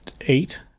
eight